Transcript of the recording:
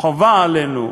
חובה עלינו,